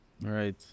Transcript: Right